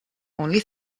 only